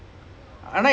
oh ஆமா ஆமா:aamaa aamaa